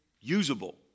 usable